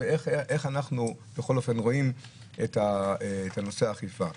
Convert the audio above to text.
ואיך אנחנו רואים את נושא האכיפה.